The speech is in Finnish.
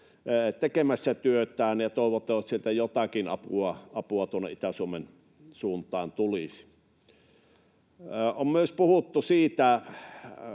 tekemässä työtään, ja toivottavasti sieltä jotakin apua tuonne Itä-Suomen suuntaan tulisi. On myös puhuttu tässä